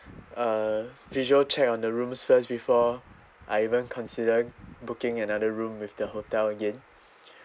uh visual check on the rooms first before I even consider booking another room with the hotel again